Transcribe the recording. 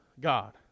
God